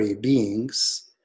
beings